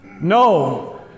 No